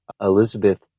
Elizabeth